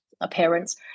appearance